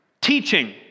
Teaching